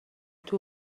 توی